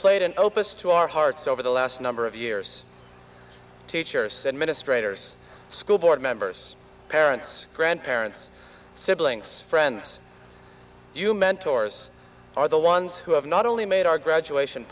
played an opus to our hearts over the last number of years teacher said ministre toure's school board members parents grandparents siblings friends you mentors are the ones who have not only made our graduation